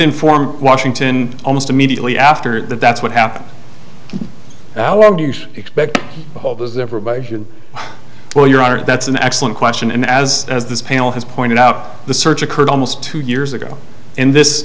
inform washington almost immediately after that that's what happened how long do you expect well your honor that's an excellent question and as as this panel has pointed out the search occurred almost two years ago in this